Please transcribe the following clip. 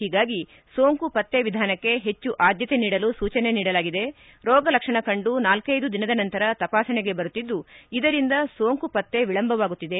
ಹೀಗಾಗಿ ಸೋಂಕು ಪತ್ತೆ ವಿಧಾನಕ್ಕೆ ಹೆಚ್ಚು ಆದ್ದತೆ ನೀಡಲು ಸೂಚನೆ ನೀಡಲಾಗಿದೆ ರೋಗ ಲಕ್ಷಣ ಕಂಡು ನಾಲ್ಲೈದು ದಿನದ ನಂತರ ತಪಾಸಣೆಗೆ ಬರುತ್ತಿದ್ದು ಇದರಿಂದ ಸೋಂಕು ಪತ್ತೆ ವಿಳಂಬವಾಗುತ್ತಿದೆ